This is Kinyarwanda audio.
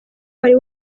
wari